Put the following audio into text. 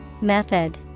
Method